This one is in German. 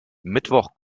mittwoch